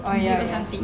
oh ya ya